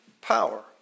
power